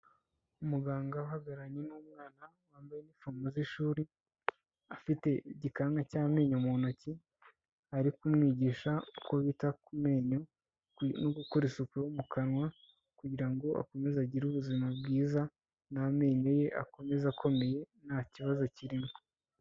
Umuganga ugararanye n'umwana wambayefu z'ishuri afite igikanka cy'amenyo mu ntoki ari ku mwigisha uko bita ku menyo no gukora isuku yo mu kanwa kugira ngo akomeze agire ubuzima bwiza n'amenyo ye akomeze akomeye nta kibazo kirimo.